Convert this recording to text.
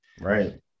Right